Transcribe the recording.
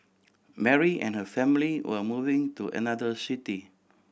Mary and her family were moving to another city